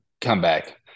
Comeback